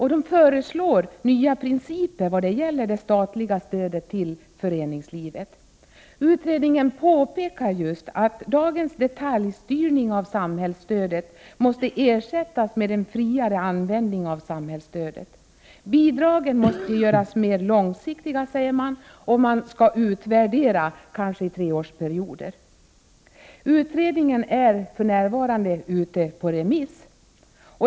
Man föreslår nya principer för det statliga stödet till föreningslivet. Utredningen påpekar att dagens detaljstyrning av samhällsstödet måste ersättas med en friare användning av stödet. Bidragen måste göras mer långsiktiga och man skall utvärdera med treårsintervaller. Utredningen är för närvarande ute på remiss.